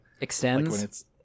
extends